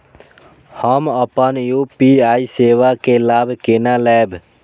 हम अपन यू.पी.आई सेवा के लाभ केना लैब?